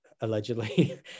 allegedly